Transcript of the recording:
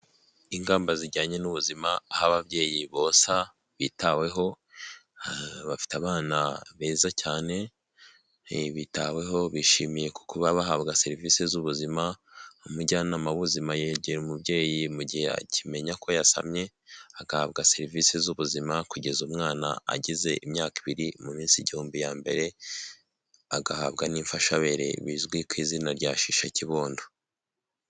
Ingamba zijyanye n'ubuzima aho ababyeyi bonsa bitaweho bafite abana beza cyane, bitaweho bishimiye ku kuba bahabwa serivisi z'ubuzima. Umujyanama w'ubuzima yegera umubyeyi mu gihe akimenya ko yasamye, agahabwa serivisi z'ubuzima kugeza umwana agize imyaka ibiri, mu minsi igihumbi ya mbere agahabwa n'imfashabere bizwi ku izina rya shisha kibondo.